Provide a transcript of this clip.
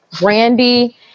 brandy